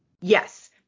Yes